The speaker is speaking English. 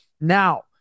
Now